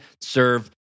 serve